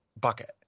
bucket